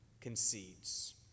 concedes